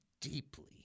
deeply